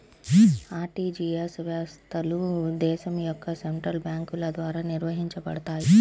RTGS వ్యవస్థలు దేశం యొక్క సెంట్రల్ బ్యేంకుల ద్వారా నిర్వహించబడతయ్